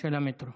של המטרו.